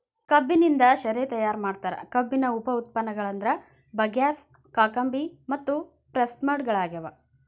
ಕಬ್ಬಿನಿಂದ ಶೇರೆ ತಯಾರ್ ಮಾಡ್ತಾರ, ಕಬ್ಬಿನ ಉಪ ಉತ್ಪನ್ನಗಳಂದ್ರ ಬಗ್ಯಾಸ್, ಕಾಕಂಬಿ ಮತ್ತು ಪ್ರೆಸ್ಮಡ್ ಗಳಗ್ಯಾವ